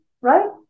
right